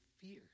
fear